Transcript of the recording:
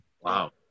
Wow